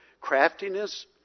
craftiness